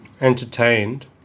entertained